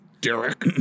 Derek